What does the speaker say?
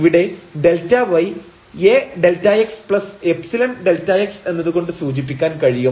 ഇവിടെ Δy A Δxϵ Δx എന്നത് കൊണ്ട് സൂചിപ്പിക്കാൻ കഴിയും